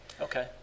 Okay